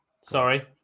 Sorry